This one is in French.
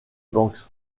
banks